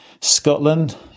scotland